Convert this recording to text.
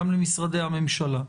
גם למשרדי הממשלה.